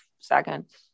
seconds